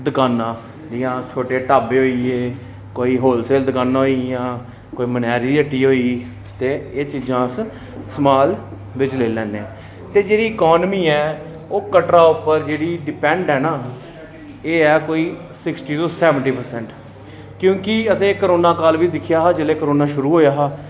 दकानां जियां छोटे ढाबे होई गे कोई होलसेल दकानां होई गेइयां कोई मनेआरी दी हट्टी होई गेई ते एह् चीजां अस स्माल बिच्च लेई लैन्ने आं ते जेह्ड़ी इकानमी ऐ ओह् कटरा उप्पर जेह्ड़ी डिपैंड ऐ ना एह् ऐ कोई सिक्स्टी टू सैवंटी परसैंट क्योंकि असें करोना काल बी दिक्खेआ हा जेल्लै करोना शुरू होएआ हा